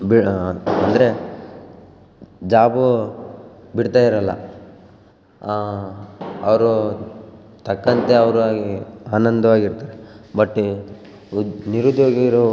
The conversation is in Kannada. ಬಿಡು ಆ ಅಂದರೆ ಜಾಬು ಬಿಡ್ತಾಯಿರೋಲ್ಲ ಅವರು ತಕ್ಕಂತೆ ಅವರಾಗಿ ಆನಂದವಾಗಿ ಇರ್ತಾರೆ ಬಟ್ಟೆ ಉದ್ ನಿರುದ್ಯೋಗಿರೋ